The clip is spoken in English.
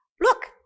Look